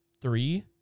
three